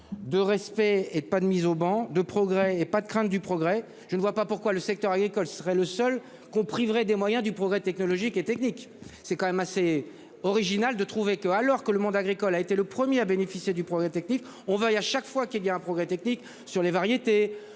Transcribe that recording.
de respect et pas de mise au ban de progrès et pas de crainte du progrès. Je ne vois pas pourquoi le secteur agricole serait le seul qu'on priverait des moyens du progrès technologique et technique. C'est quand même assez original de trouver que alors que le monde agricole a été le 1er à bénéficier du progrès technique, on va lui à chaque fois qu'il y a un progrès technique sur les variétés.